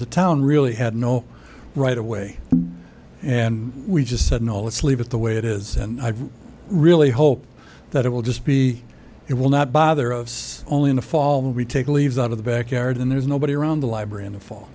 the town really had no right away and we just said in all let's leave it the way it is and i really hope that it will just be it will not bother us only in the fall when we take leaves out of the back yard and there's nobody around the library in the fall